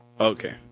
Okay